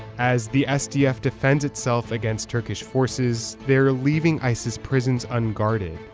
as the sdf defends itself against turkish forces, they're leaving isis prisons unguarded.